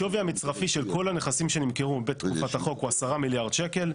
השווי המצרפי של כל הנכסים שנמכרו בתקופת החוק הוא 10 מיליארד שקלים,